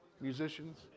musicians